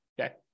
Okay